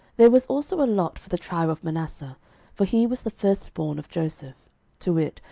there was also a lot for the tribe of manasseh for he was the firstborn of joseph to wit,